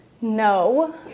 No